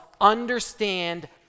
understand